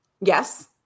Yes